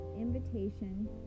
invitation